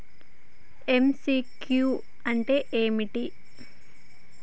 MCQ అంటే ఏమిటి?